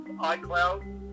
iCloud